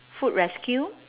food rescue